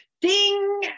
ding